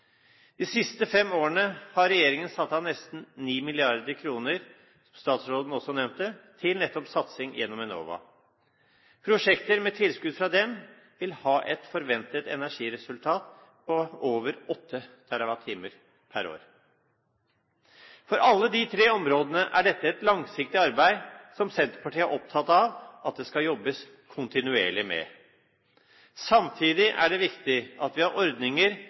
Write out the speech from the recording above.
De siste fem årene har regjeringen satt av nesten 9 mrd. kr, som statsråden også nevnte, nettopp til satsing gjennom Enova. Prosjekter med tilskudd fra dem vil ha et forventet energiresultat på over 8 TWh per år. For alle de tre områdene er dette et langsiktig arbeid som Senterpartiet er opptatt av at det skal jobbes kontinuerlig med. Samtidig er det viktig at vi har ordninger